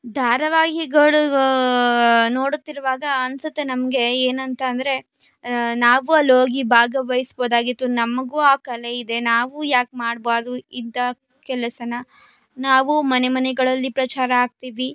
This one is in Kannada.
ಧಾರಾವಾಹಿಗಳು ನೋಡುತ್ತಿರುವಾಗ ಅನಿಸುತ್ತೆ ನಮಗೆ ಏನಂತ ಅಂದರೆ ನಾವು ಅಲ್ಹೋಗಿ ಭಾಗವಹಿಸ್ಬೋದಾಗಿತ್ತು ನಮಗೂ ಆ ಕಲೆ ಇದೆ ನಾವು ಯಾಕೆ ಮಾಡಬಾರ್ದು ಇಂಥ ಕೆಲಸ ನಾವು ಮನೆ ಮನೆಗಳಲ್ಲಿ ಪ್ರಚಾರ ಆಗ್ತೀವಿ